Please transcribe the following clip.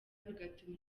bigatuma